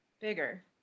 Bigger